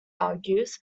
argues